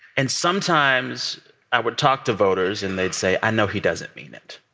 and sometimes i would talk to voters, and they'd say, i know he doesn't mean it.